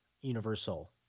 Universal